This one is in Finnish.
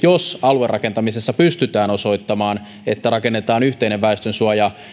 jos aluerakentamisessa pystytään osoittamaan että rakennetaan yhteinen väestönsuoja